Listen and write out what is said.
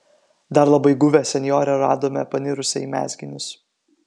dar labai guvią senjorę radome panirusią į mezginius